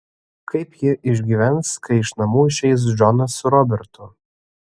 kaip ji išgyvens kai iš namų išeis džonas su robertu